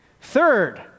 Third